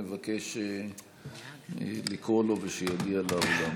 נבקש לקרוא לו ושיגיע לאולם.